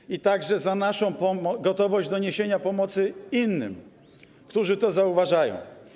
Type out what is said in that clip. Chodzi także o naszą gotowość do niesienia pomocy innym, którzy to zauważają.